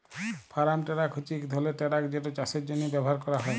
farm tractor হছে ইক ধরলের টেরাক যেট চাষের জ্যনহে ব্যাভার ক্যরা হয়